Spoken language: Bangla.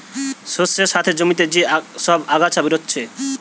শস্যের সাথে জমিতে যে সব আগাছা বেরাচ্ছে